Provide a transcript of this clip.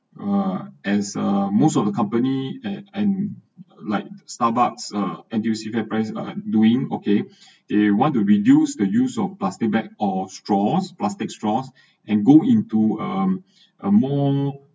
uh as uh most of the company and and like starbucks or N_T_U_C fairprice are doing okay they want to reduce the use of plastic bags of straws plastic straws and go into a a more